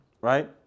right